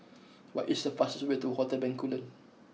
what is the fastest way to Hotel Bencoolen